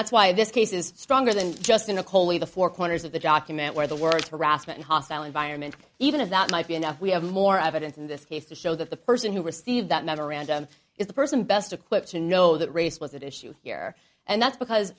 that's why this case is stronger than just in a koli the four corners of the document where the word harassment a hostile environment even if that might be enough we have more evidence in this case to show that the person who received that memorandum is the person best equipped to know that race was at issue here and that's because